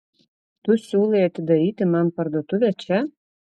tu siūlai atidaryti man parduotuvę čia